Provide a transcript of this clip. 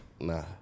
Nah